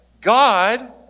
God